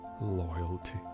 loyalty